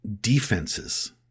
defenses